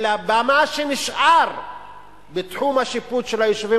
אלא במה שנשאר בתחום השיפוט של היישובים